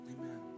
amen